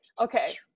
Okay